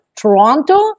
Toronto